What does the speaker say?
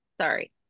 Sorry